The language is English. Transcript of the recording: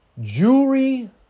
Jewelry